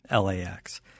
LAX